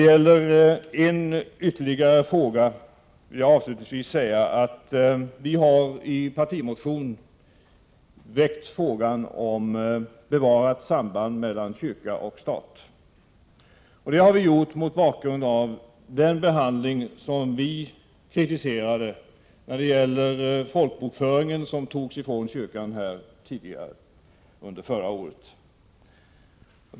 Avslutningsvis vill jag säga att vi i en partimotion har väckt frågan om bevarat samband mellan kyrka och stat. Detta har vi gjort mot bakgrund av den av oss kritiserade behandlingen när det gäller folkbokföringen, som togs ifrån kyrkan under förra året.